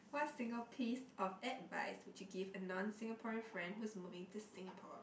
what single piece of advice would you give a non Singaporean friend who is moving to Singapore